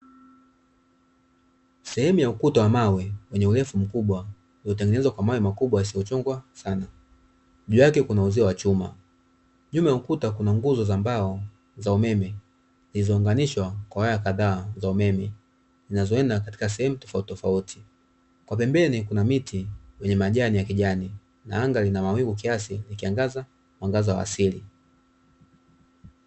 Sehemu ya ukuta wa mawe wenye urefu mkubwa uliotengenezwa kwa mawe makubwa yasiyochongwa sana, juu yake kuna uzio wa chuma nyuma ya ukuta kuna nguzo za mbao za umeme zilizounganishwa kwa waya kadhaa za umeme zinazoenda sehemu tofautitofauti, kwa pembeni kuna miti yenye majani ya kijani na anga lina mawingu kiasi likiangaza mwangaza wa asili.